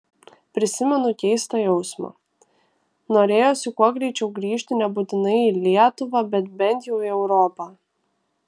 prisimenu keistą jausmą norėjosi kuo greičiau grįžti nebūtinai į lietuvą bet bent jau į europą